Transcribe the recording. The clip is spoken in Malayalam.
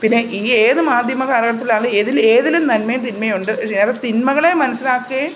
പിന്നെ ഈ ഏത് മാധ്യമ കാലഘട്ടത്തിലാണെങ്കിലും ഏതിൽ ഏതിലും നന്മയും തിന്മയും ഉണ്ട് ഏത് തിന്മകളെ മനസ്സിലാക്കുവേം